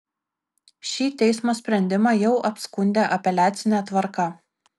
šį teismo sprendimą jau apskundė apeliacine tvarka